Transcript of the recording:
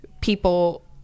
people